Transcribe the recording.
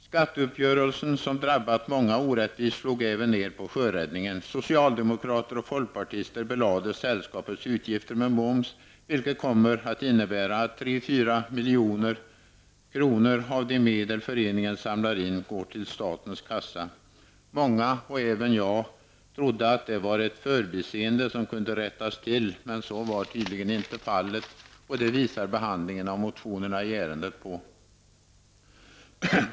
Skatteuppgörelsen, som drabbat många orättvist, slog även ned på sjöräddningen. Socialdemokrater och folkpartister belade sällskapets utgifter med moms, vilket kommer att innebära att 3--4 milj.kr. av de medel föreningen samlar in går till statens kassa. Många, även jag, trodde att det var ett förbiseende som kunde rättas till. Men så var tydligen inte fallet, och det visar behandlingen av motionerna i ärendet.